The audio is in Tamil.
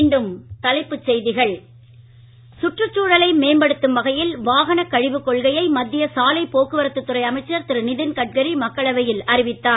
மீண்டும் தலைப்புச்செய்திகள் சுற்றுச்சூழலை மேம்படுத்தும் வகையில் வாகன கழிவு கொள்கையை மத்திய சாலை போக்குவரத்து துறை அமைச்சர் திரு நிதின்கட்கரி மக்களவையில் அறிவித்தார்